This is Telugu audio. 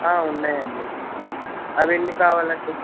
ఆ ఉన్నాయండి అవి ఎన్ని కావాలండి